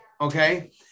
Okay